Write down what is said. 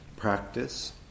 practice